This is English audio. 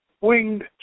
winged